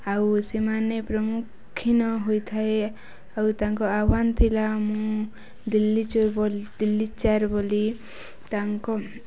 ଆଉ ସେମାନେ ପ୍ରମୁଖୀନ ହୋଇଥାଏ ଆଉ ତାଙ୍କ ଆହ୍ୱାନ ଥିଲା ମୁଁ ଦିଲ୍ଲୀ ବୋଲି ତାଙ୍କ